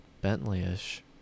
Bentley-ish